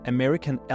American